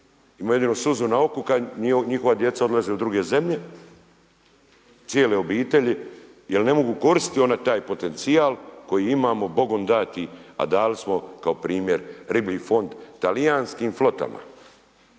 Imaju jedino suzu na oku kada njihova djeca odlaze u druge zemlje, cijele obitelji jer ne mogu koristiti oni taj potencijal koji imamo Bogom dati, a dali smo kao primjer riblji fond talijanskim flotama,